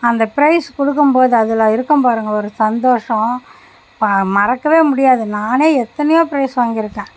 அந்த ப்ரைஸ் கொடுக்கும் போது அதில் இருக்கும் பாருங்க ஒரு சந்தோஷம் மறக்கவே முடியாது நானே எத்தனையோ ப்ரைஸ் வாங்கியிருக்கேன்